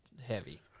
heavy